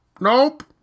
Nope